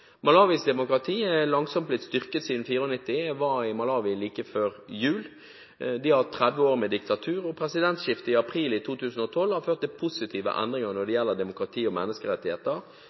demokrati er langsomt blitt styrket siden 1994. Jeg var i Malawi like før jul. De har 30 år med diktatur, og presidentskiftet i april 2012 har ført til positive endringer når det gjelder demokrati og menneskerettigheter